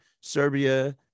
Serbia